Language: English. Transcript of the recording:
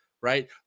right